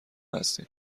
هستیم